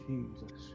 Jesus